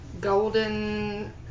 golden